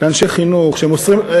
לאנשי חינוך שמוסרים,